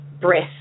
breath